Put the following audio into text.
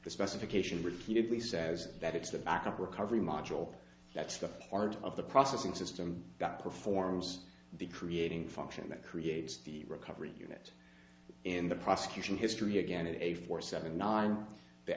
specification repeatedly says that it's the backup recovery module that's the part of the processing system that performs the creating function that creates the recovery unit in the prosecution history again in a four seven nine the